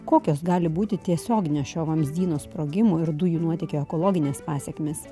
kokios gali būti tiesiogine šio vamzdyno sprogimo ir dujų nuotėkio ekologines pasekmes